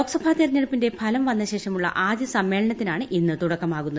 ലോക്സഭാ തെരഞ്ഞെടുപ്പിന്റെ ഫലം വന്നശേഷമുള്ള ആദ്യ സമ്മേളനത്തിനാണ് ഇന്ന് തുടക്കമാകുന്നത്